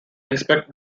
inspect